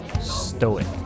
stoic